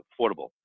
affordable